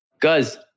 Guys